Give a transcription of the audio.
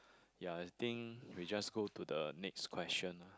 ya I think we just go to the next question